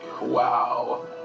Wow